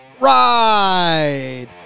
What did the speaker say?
ride